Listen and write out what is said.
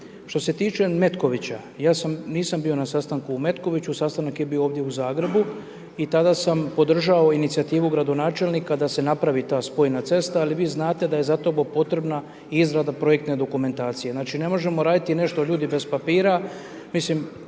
Što se tiče Metkovića ja sam, nisam bio na sastanku u Metkoviću, sastanak je bio ovdje u Zagrebu i tada sam podržao inicijativu gradonačelnika da se napravi ta spojna cesta ali vi znate da je za to potreba izrada projektne dokumentacije, ne možemo nešto raditi ljudi bez papira,